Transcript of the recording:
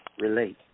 relate